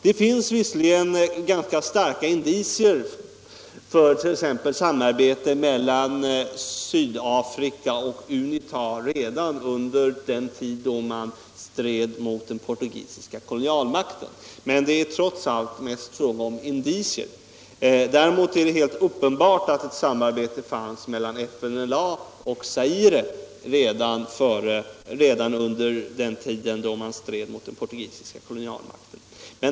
Det fanns visserligen ganska starka indicier för t.ex. samarbete mellan Sydafrika och UNITA redan under den tid då man stred mot den portugisiska kolonialmakten, men det är trots allt fråga om indicier. Däremot är det uppenbart att ett samarbete fanns mellan FNLA och Zaire redan under den tid då man stred mot den portugisiska kolonialmakten.